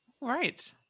right